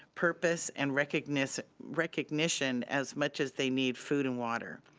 purpose, and recognition recognition as much as they need food and water.